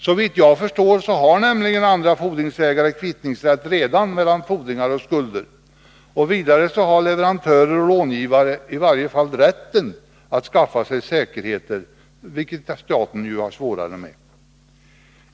Såvitt jag förstår, har nämligen andra fordringsägare redan kvittningsrätt mellan fordringar och skulder. Vidare har leverantörer och långivare i varje fall rätten att skaffa sig säkerheter, vilket staten ju har svårare med.